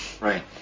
Right